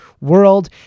world